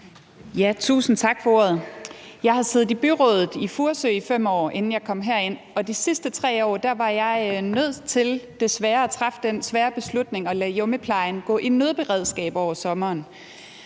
Tusind tak for ordet. Jeg har siddet i byrådet i Furesø Kommune i 5 år, inden jeg kom herind, og de sidste 3 år var jeg nødt til, desværre, at træffe den svære beslutning at lade hjemmeplejen gå i nødberedskab hen over sommeren.